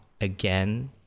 again